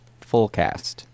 fullcast